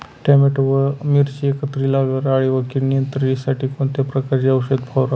Tomato व मिरची एकत्रित लावल्यावर अळी व कीड नियंत्रणासाठी कोणत्या प्रकारचे औषध फवारावे?